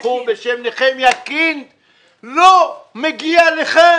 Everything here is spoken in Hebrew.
בחור בשם נחמיה קינד לא מגיע לכאן,